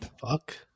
Fuck